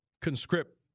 conscript